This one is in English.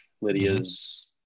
Lydia's